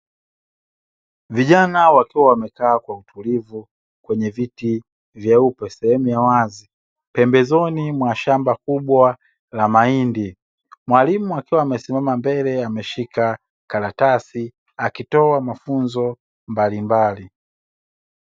Vijana wakiwa wamekaa kwa utulivu kwenye viti vyeupe sehemu ya wazi pembezoni mwa shamba kubwa la mahindi, mwalimu akiwa amesimama mbele ameshika karatasi akitoa mafunzo mbalimbali.